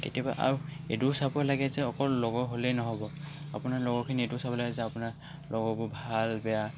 কেতিয়াবা আৰু এইটোও চাব লাগে যে অকল লগৰ হ'লেই ন'হব আপোনাৰ লগৰখিনিয়ে এইটো চাব লাগিব যে আপোনাৰ লগৰবোৰ ভাল বেয়া